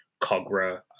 Cogra